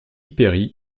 perry